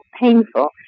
painful